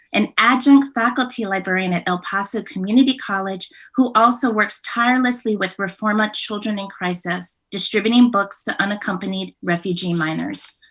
an adjunct faculty librarian al el paso community college, who also works tirelessly with reforma children in crisis, distributing books to unaccompanied refugee minors.